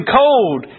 cold